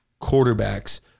quarterbacks